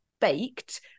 baked